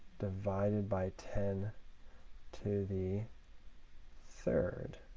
divided by ten to the third.